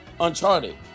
Uncharted